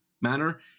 manner